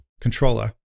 controller